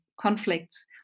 conflicts